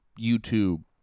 YouTube